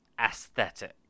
aesthetic